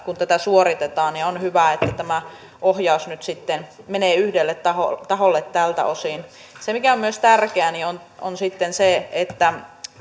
kun tätä poikkeuksellista upseeritutkintoa suoritetaan on hyvä että tämä ohjaus nyt sitten menee yhdelle taholle taholle tältä osin se mikä on myös tärkeää on se että